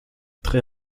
très